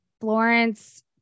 Florence